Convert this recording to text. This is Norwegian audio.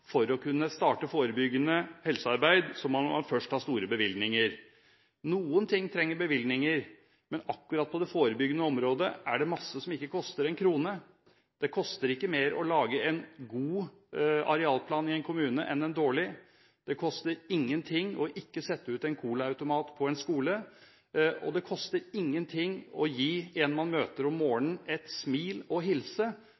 for å kunne starte forebyggende helsearbeid, må man først ha store bevilgninger. Noe trenger bevilgninger, men akkurat på det forebyggende området er det masse som ikke koster én krone. Det koster ikke mer å lage en god arealplan i en kommune enn en dårlig. Det koster ingenting å ikke sette ut en colaautomat på en skole, og det koster ingenting å gi en man møter om